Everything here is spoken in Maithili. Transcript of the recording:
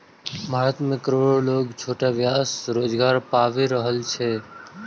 भारत मे करोड़ो लोग छोट व्यवसाय सं रोजगार पाबि रहल छै